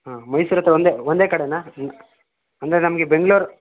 ಹಾಂ ಮೈಸೂರು ಹತ್ರ ಒಂದೇ ಒಂದೇ ಕಡೆಯಾ ಅಂದರೆ ನಮಗೆ ಬೆಂಗ್ಳೂರು